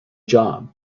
job